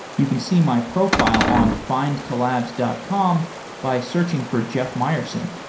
you can see my profile on findcollabs dot com by searching for jeff mayerson.